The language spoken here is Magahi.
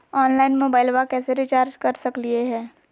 ऑनलाइन मोबाइलबा कैसे रिचार्ज कर सकलिए है?